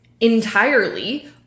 entirely